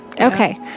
Okay